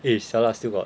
eh sia lah still got